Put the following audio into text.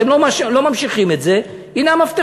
אתם לא ממשיכים את זה, הנה המפתחות.